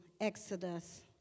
Exodus